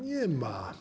Nie ma.